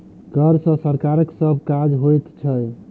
कर सॅ सरकारक सभ काज होइत छै